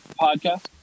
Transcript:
podcast